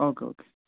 okay okay